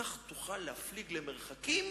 'כך תוכל להפליג למרחקים